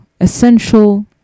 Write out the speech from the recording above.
essential